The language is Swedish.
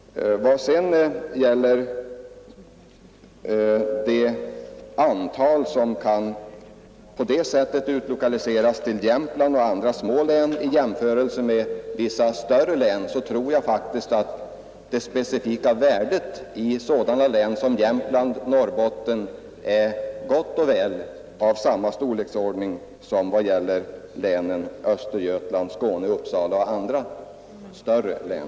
Vad gäller det antal som på det sättet kan utlokaliseras till Jämtlands län och andra små län i jämförelse med det som kan ske i större län, så tror jag faktiskt att det specifika värdet i sådana län som Jämtlands län och Norrbottens län är gott och väl av samma storleksordning som i Östergötlands län, Skånelänen, Uppsala län och andra större län.